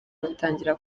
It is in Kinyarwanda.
batangira